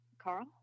Carl